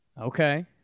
Okay